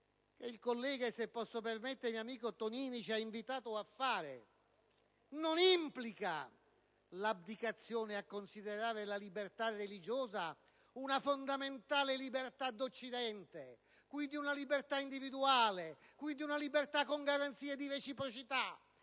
il collega, e, se mi posso permettere, amico Tonini, ci ha invitato a fare non implica l'abdicazione a considerare la libertà religiosa una fondamentale libertà d'Occidente, quindi una libertà individuale, una libertà con garanzie di reciprocità